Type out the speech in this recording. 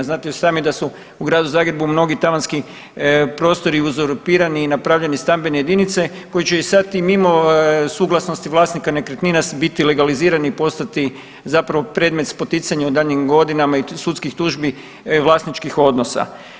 Znate i sami da su u Gradu Zagrebu mnogi tavanski prostori uzurpirani i napravljene stambene jedinice koje će sad i mimo suglasnosti vlasnika nekretnina biti legalizirani i postati zapravo predmet spoticanja u daljnjim godinama i sudskih tužbi vlasničkih odnosa.